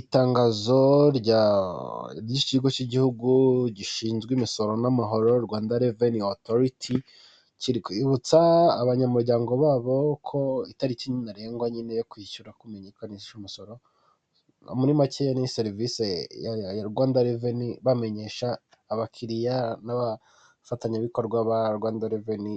Itangazo cy'igihugu gishinzwe imisoro n'amahoro Rwanda revenu otoriti, kirikwibutsa abanyamuryango babo ko itariki ntarengwa nyine kwishyura kumenyekanisha umusoro, muri make ni serivisi ya Rwanda reveni bamenyesha abakiriya n'abafatanyabikorwa ba Rwanda reveni